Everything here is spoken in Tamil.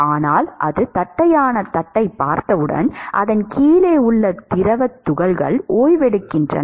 ஆனால் அது தட்டையான தட்டைப் பார்த்தவுடன் அதன் கீழே உள்ள திரவத் துகள்கள் ஓய்வெடுக்கின்றன